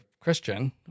Christian